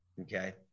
Okay